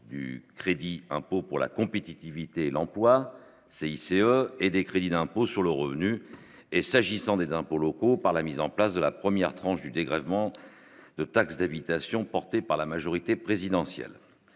du crédit impôt pour la compétitivité et l'emploi CICE et des crédits d'impôt sur le revenu et s'agissant des impôts locaux, par la mise en place de la première tranche du dégrèvement de taxe d'habitation, porté par la majorité présidentielle